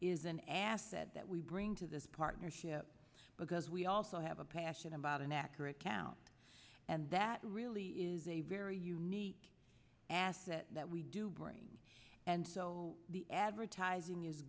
is an asset that we bring to this partnership because we also have a passion about an accurate count and that really is a very unique asset that we do bring and so the advertising is